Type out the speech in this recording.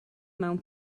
mewn